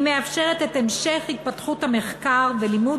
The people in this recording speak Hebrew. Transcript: היא מאפשרת את המשך התפתחות המחקר ולימוד